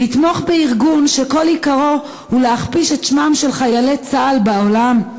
לתמוך בארגון שכל עיקרו הוא להכפיש את שמם של חיילי צה"ל בעולם,